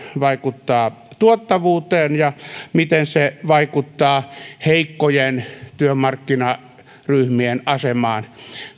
vaikuttaa tuottavuuteen ja miten se vaikuttaa heikkojen työmarkkinaryhmien asemaan